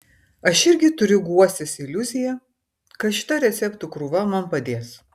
aš irgi turiu guostis iliuzija kad šita receptų krūva man padės